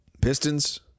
Pistons